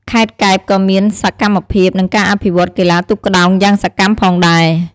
ខេត្តកែបក៏មានសកម្មភាព និងការអភិវឌ្ឍន៍កីឡាទូកក្ដោងយ៉ាងសកម្មផងដែរ។